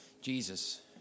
Jesus